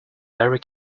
very